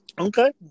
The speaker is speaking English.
Okay